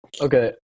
Okay